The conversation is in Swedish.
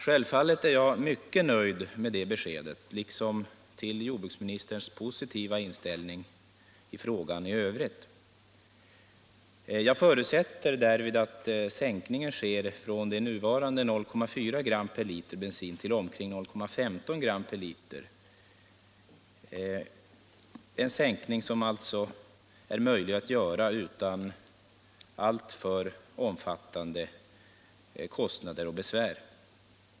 Självfallet är jag mycket nöjd med det beskedet liksom med jordbruksministerns positiva inställning till frågan i övrigt. Jag förutsätter att sänkningen sker från nuvarande 0,4 g l — en sänkning som alltså är möjlig att göra utan alltför omfattande kostnader och svårigheter.